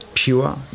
pure